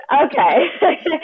Okay